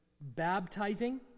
baptizing